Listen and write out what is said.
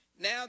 Now